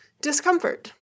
discomfort